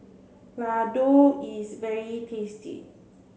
Ladoo is very tasty